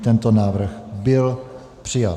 Tento návrh byl přijat.